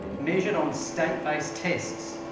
measured on state-based tests.